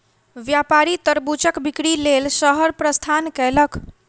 व्यापारी तरबूजक बिक्री लेल शहर प्रस्थान कयलक